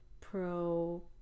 pro